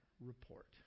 report